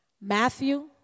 Matthew